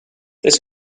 this